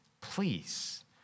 Please